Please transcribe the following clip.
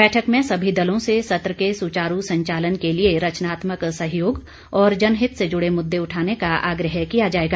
बैठक में सभी दलों से सत्र के सुचारू संचालन के लिए रचनात्मक सहयोग और जनहित से जुडे मुद्दे उठाने का आग्रह किया जाएगा